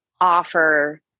offer